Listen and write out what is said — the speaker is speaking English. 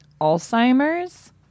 Alzheimer's